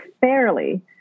fairly